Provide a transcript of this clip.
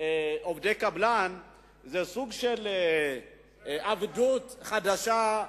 עובדי קבלן זה סוג של עבדות חדשה.